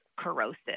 Corrosive